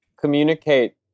communicate